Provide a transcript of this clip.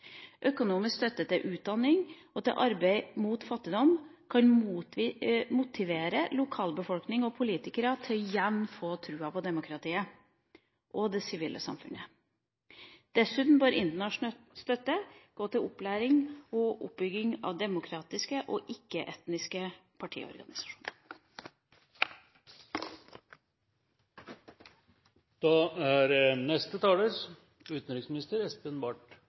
Økonomisk støtte til utdanning og til arbeid mot fattigdom kan motivere lokalbefolkning og politikere til igjen å få troen på demokratiet og det sivile samfunnet. Dessuten bør internasjonal støtte gå til opplæring og oppbygging av demokratiske og